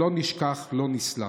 לא נשכח ולא נסלח.